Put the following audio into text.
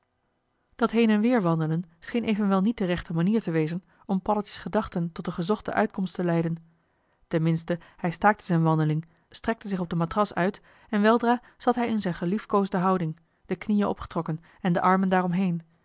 dat heen en weer wandelen scheen evenwel niet de rechte manier te wezen om paddeltje's gedachten tot de gezochte uitkomst te leiden ten minste hij staakte zijn wandeling strekte zich op de matras uit en weldra zat hij in zijn geliefkoosde houding de knieën opgetrokken en de armen